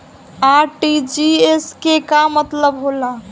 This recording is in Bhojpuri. आर.टी.जी.एस के का मतलब होला?